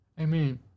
Amen